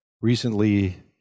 recently